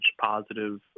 positive